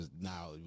now